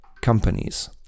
companies